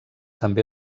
també